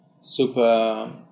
super